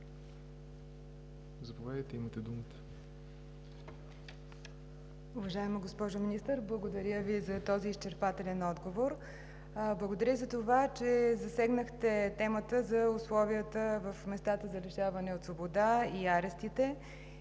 Заповядайте, имате думата.